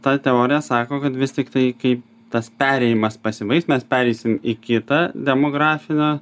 ta teorija sako kad vis tiktai kai tas perėjimas pasibaigs mes pereisim į kitą demografinę